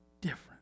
different